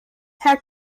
herr